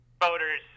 voters